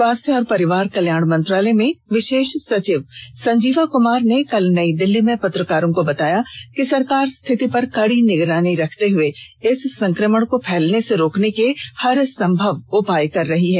स्वास्थ्य और परिवार कल्याण मंत्रालय में विशेष सचिव संजीवा कमार ने कल नई दिल्ली में पत्रकारों को बताया कि सरकार स्थिति पर कडी निगरानी रखते हए इस संक्रमण को फैलने से रोकने के हरसंभव उपाय कर रही है